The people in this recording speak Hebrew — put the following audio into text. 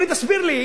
אדוני, תסביר לי.